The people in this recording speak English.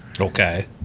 Okay